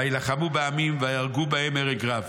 וילחמו בעמים ויהרגו בהם הרג רב.